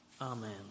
Amen